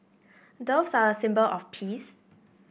doves are a symbol of peace